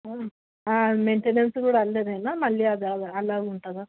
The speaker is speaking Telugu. మెయింటెనెన్స్ కూడా అందులోనేనా మళ్ళీ అది అల అలాగ ఉంటుందా